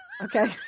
Okay